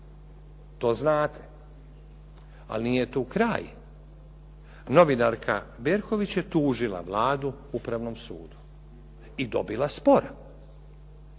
To znate. Ali nije tu kraj. Novinarka Berković je tužila Vladu Upravnom sudu, i dobila spor.